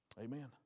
Amen